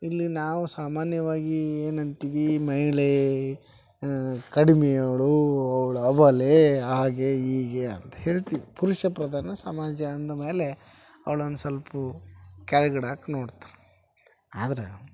ಇಲ್ಲಿ ನಾವು ಸಾಮಾನ್ಯವಾಗಿ ಏನು ಅಂತೀವಿ ಮಹಿಳೆ ಕಡ್ಮೆ ಅವಳು ಅವ್ಳು ಅಬಲೆ ಹಾಗೆ ಹೀಗೆ ಅಂತ ಹೇಳ್ತೀವಿ ಪುರುಷಪ್ರಧಾನ ಸಮಾಜ ಅಂದ ಮೇಲೆ ಅವ್ಳನ್ನ ಸ್ವಲ್ಪ ಕೆಳ್ಗಿಡಾಕ ನೋಡ್ತಾರೆ ಆದ್ರೆ